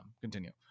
continue